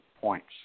points